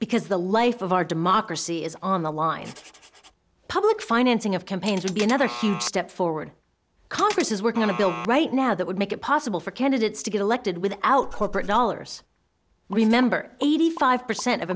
because the life of our democracy is on the line public financing of campaigns would be another huge step forward congress is working on a bill right now that would make it possible for candidates to get elected without corporate dollars remember eighty five percent of